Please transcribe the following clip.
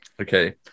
Okay